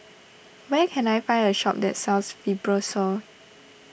where can I find a shop that sells Fibrosol